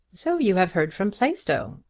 so you have heard from plaistow?